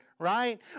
Right